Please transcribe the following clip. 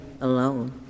alone